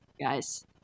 guys